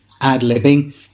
ad-libbing